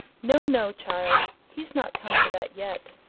no, no, child. he's not come to that yet.